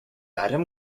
item